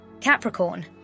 Capricorn